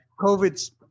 COVID's